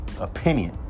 opinion